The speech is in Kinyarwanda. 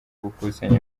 gukusanya